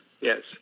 yes